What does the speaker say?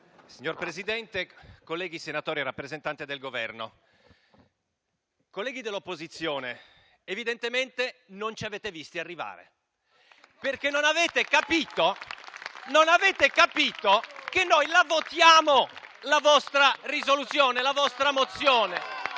Signor Presidente, colleghi senatori, rappresentanti del Governo, colleghi dell'opposizione, evidentemente non ci avete visti arrivare, perché non avete capito che noi la votiamo la vostra mozione, perché